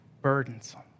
burdensome